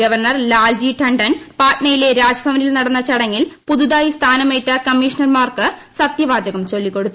governor Lalji Tandon പാറ്റ്നയിലെ രാജ്ഭവനിൽ നടന്ന ചടങ്ങിൽ പുതുതായി സ്ഥാനമേറ്റ കമ്മിഷണർമാർക്ക് സത്യവാചകം ചൊല്ലിക്കൊടുത്തു